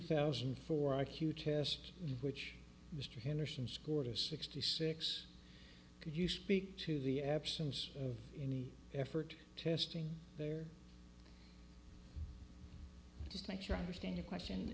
thousand and four i q test which mr henderson scored a sixty six could you speak to the absence of any effort to string there just make sure i understand your question